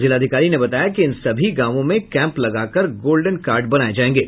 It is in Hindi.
जिलाधिकारी ने बताया कि इन सभी गांवों में कैंप लगाकर गोल्डेन कार्ड बनाये जायेंगे